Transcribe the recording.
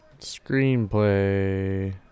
Screenplay